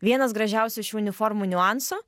vienas gražiausių šių uniformų niuansų